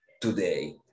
today